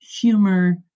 humor